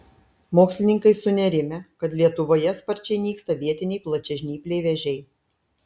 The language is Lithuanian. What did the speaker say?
mokslininkai sunerimę kad lietuvoje sparčiai nyksta vietiniai plačiažnypliai vėžiai